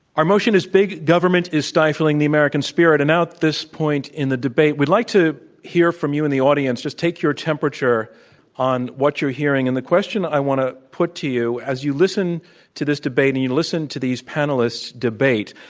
our motion is big government is stifling the american spirit. and now at this point in the debate we'd like to hear from you in the audience, just take your temperature on what you're hearing. and the question i want to put to you, as you listen to this debate, and you listen to these panelists debate,